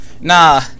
nah